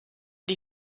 die